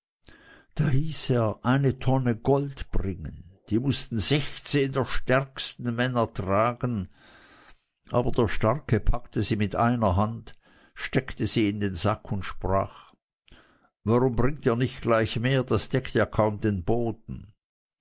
eine tonne gold herbringen die mußten sechzehn der stärksten männer tragen aber der starke packte sie mit einer hand steckte sie in den sack und sprach warum bringt ihr nicht gleich mehr das deckt ja kaum den boden